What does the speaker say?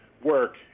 work